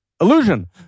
illusion